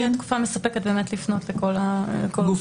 תהיה תקופה מספקת לפנות לגופים.